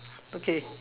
okay